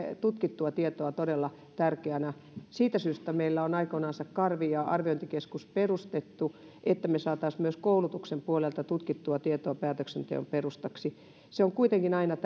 tutkittua tietoa todella tärkeänä siitä syystä meillä on aikoinansa karvi arviointikeskus perustettu että me saisimme myös koulutuksen puolelta tutkittua tietoa päätöksenteon perustaksi on kuitenkin aina